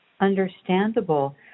Understandable